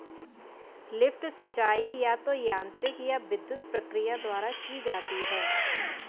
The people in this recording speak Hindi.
लिफ्ट सिंचाई या तो यांत्रिक या विद्युत प्रक्रिया द्वारा की जाती है